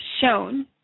shown